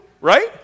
right